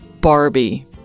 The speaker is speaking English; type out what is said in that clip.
Barbie